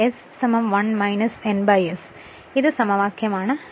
അതിനാൽ s 1 n ns ഇത് സമവാക്യമാണെന്ന് പറയുന്നു